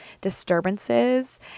disturbances